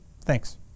Thanks